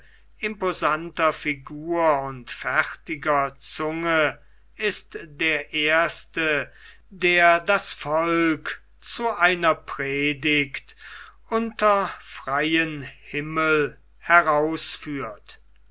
imposanter figur und fertiger zunge ist der erste der das volk zu einer predigt unter freien himmel herausführt